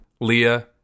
Leah